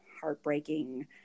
heartbreaking